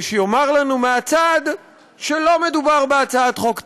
שיאמר לנו מהצד שלא מדובר בהצעת חוק תקציבית.